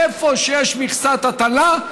איפה שיש מכסת הטלה.